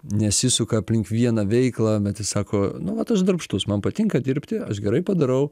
nesisuka aplink vieną veiklą bet jis sako nu vat aš darbštus man patinka dirbti aš gerai padarau